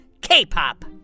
K-pop